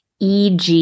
EG